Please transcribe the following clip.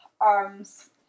arms